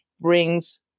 brings